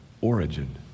origin